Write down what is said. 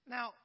Now